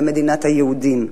במדינת היהודים,